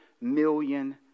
million